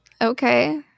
Okay